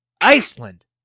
Iceland